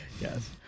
Yes